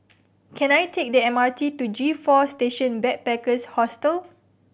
can I take the M R T to G Four Station Backpackers Hostel